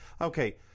okay